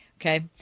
Okay